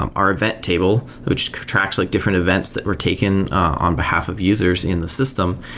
um our event table, which attracts like different events that were taken on behalf of users in the system.